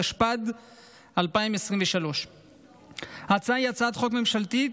התשפ"ד 2023. ההצעה היא הצעת חוק ממשלתית.